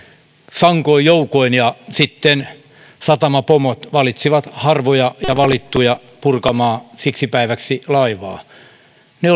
sankoin joukoin ja sitten satamapomot valitsivat harvoja ja valittuja purkamaan siksi päiväksi laivaa ne